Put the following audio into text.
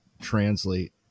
translate